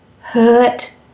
hurt